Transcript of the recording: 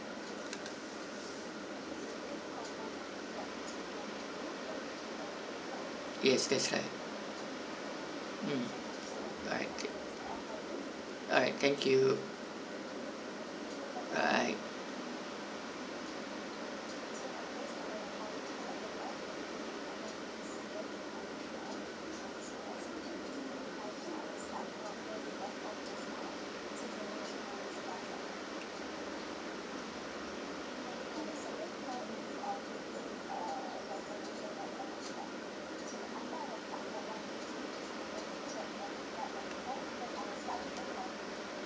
yes that's right mm bye thank you bye